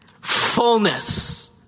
Fullness